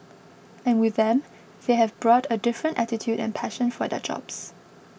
and with them they have brought a different attitude and passion for their jobs